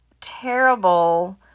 terrible